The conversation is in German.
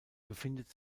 befindet